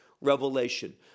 revelation